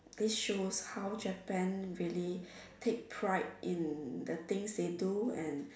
this shows how Japan really takes pride in the things they do and